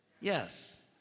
Yes